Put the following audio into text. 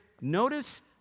notice